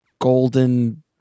golden